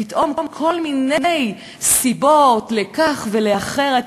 פתאום כל מיני סיבות לכך ולאחרת.